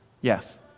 Yes